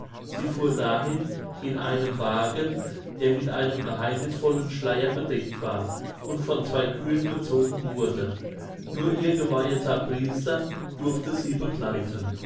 sie fuhr dahin in einem wagen der mit einem geheimnißvollen schleier bedeckt war und von zwei kühen gezogen wurde nur ihr geweiheter priester durfte sie begleiten